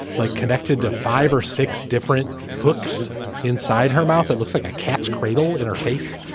like connected to five or six different hooks inside her mouth. it looks like a cat's cradle in her face.